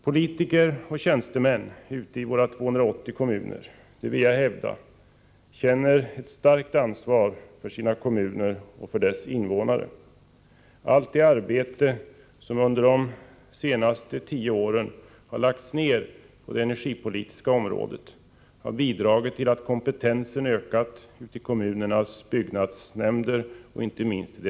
Politiker och tjänstemän ute i våra 280 kommuner känner, vill jag hävda, ett starkt ansvar för sina kommuner och deras invånare. Allt det arbete som under de senaste tio åren lagts ner på det energipolitiska området har bidragit till att kompetensen har ökat i kommunernas byggnadsnämnder.